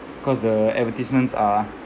cause the advertisements are